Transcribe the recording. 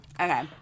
okay